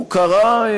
הוא קרא,